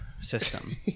system